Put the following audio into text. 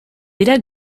dira